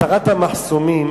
הסרת המחסומים